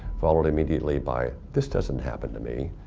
followed immediately by this doesn't happen to me.